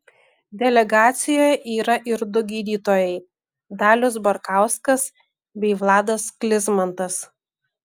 delegacijoje yra ir du gydytojai dalius barkauskas bei vladas sklizmantas